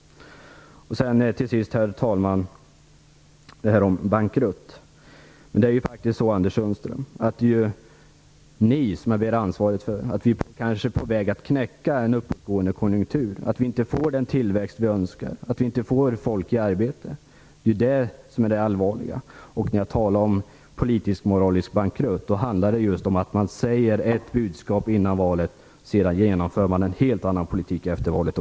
Herr talman! Slutligen till frågan om bankrutt. Det är faktiskt så, Anders Sundström, att det är ni som har ansvaret för att vi kanske är att knäcka en uppgående konjunktur och att vi inte får den tillväxt som vi önskar och folk i arbete. Det är det som är det allvarliga. När jag talar om politisk-moralisk bankrutt handlar det just om att man ger ett budskap innan valet och sedan genomför en helt annan politik efter valet.